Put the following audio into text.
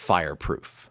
Fireproof